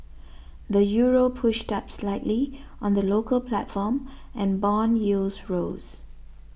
the Euro pushed up slightly on the local platform and bond yields rose